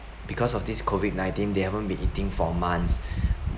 because of this COVID nineteen they haven't been eating for months